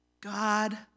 God